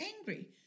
angry